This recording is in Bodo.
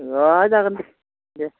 ओ जागोन दे दे दे